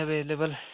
available